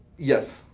yes,